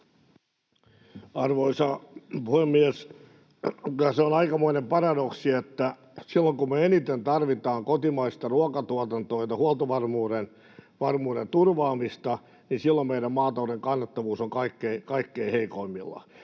Arvoisa puhemies! Kyllä se on aikamoinen paradoksi, että silloin kun me eniten tarvitaan kotimaista ruokatuotantoa ja huoltovarmuuden turvaamista, silloin meidän maatalouden kannattavuus on kaikkein heikoimmillaan.